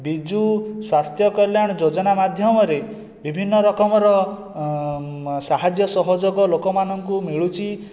ବିଜୁ ସ୍ୱାସ୍ଥ୍ୟ କଲ୍ୟାଣ ଯୋଜନା ମାଧ୍ୟମରେ ବିଭିନ୍ନ ରକମର ସାହାଯ୍ୟ ସହଯୋଗ ଲୋକମାନଙ୍କୁ ମିଳୁଛି